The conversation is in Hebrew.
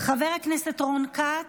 חבר הכנסת רון כץ,